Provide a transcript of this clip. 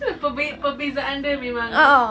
perbe~ perbezaan dia memang